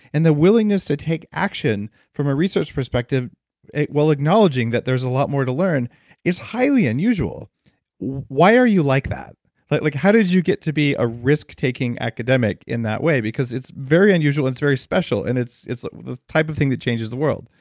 and the willingness to take action from a research perspective well, acknowledging that there's a lot more to learn is highly unusual why are you like that? like like how did you get to be a risk-taking academic in that way? because it's very unusual and it's very special, and it's it's the type of thing that changes the world.